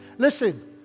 Listen